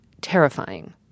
terrifying